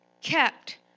kept